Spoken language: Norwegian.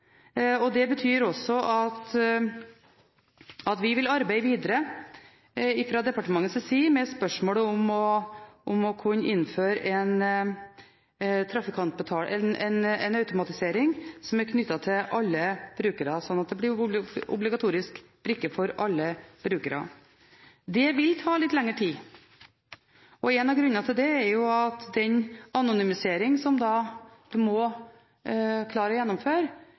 veien. Det betyr også at vi fra departementets side vil arbeide videre med spørsmålet om å kunne innføre en automatisering som er knyttet til alle brukere, slik at det blir obligatorisk brikke for alle brukere. Det vil ta litt lengre tid. En av grunnene til det, er jo at den anonymisering som man må klare å gjennomføre,